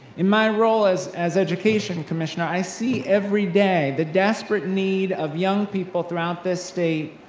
in my role as as education commissioner, i see everyday the desperate need of young people throughout this state,